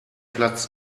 platz